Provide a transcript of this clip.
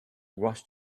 rush